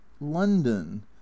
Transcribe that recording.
london